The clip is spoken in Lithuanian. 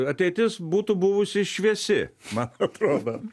ateitis būtų buvusi šviesi man atrodo